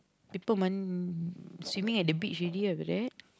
people man~ swimming at the beach already but that